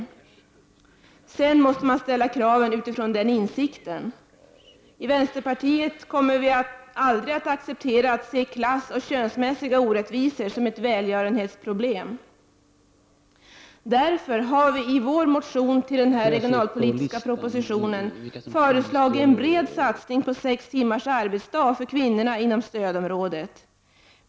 Kraven måste ställas utifrån den insikten. Vi i vänsterpartiet kommer aldrig att acceptera att klassoch könsmässiga orättvisor ses som ett välgörenhetsproblem. Därför har vi i vår motion med anledning av den regionalpolitiska propositionen föreslagit en bred satsning på sex timmars arbetsdag för kvinnorna inom stödområdet.